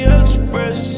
express